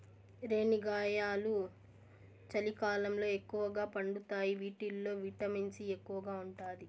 రేణిగాయాలు చలికాలంలో ఎక్కువగా పండుతాయి వీటిల్లో విటమిన్ సి ఎక్కువగా ఉంటాది